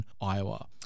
Iowa